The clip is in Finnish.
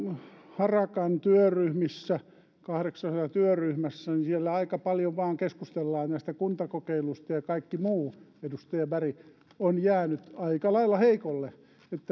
harakan työryhmissä kahdeksassa työryhmässä aika paljon vain keskustellaan näistä kuntakokeiluista ja kaikki muu edustaja berg on jäänyt aika lailla heikolle